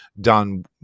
done